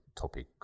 topic